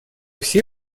все